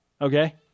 Okay